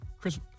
Chris